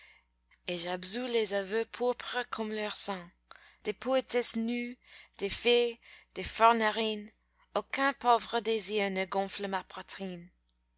et j'absous les aveux pourpres comme leur sang des poétesses nues des fées des fornarines aucun pauvre désir ne gonfle ma poitrine